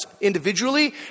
individually